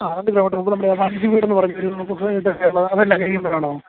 ആ രണ്ട് കിലോമീറ്റർ പോകുമ്പോൾ നമ്മുടെ വഞ്ചി വീടെന്ന് പറഞ്ഞൊരു ഇതൊക്കെ ഉള്ള അതെല്ലാം കഴിയുമ്പോഴാണോ